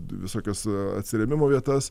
visokias atsirėmimo vietas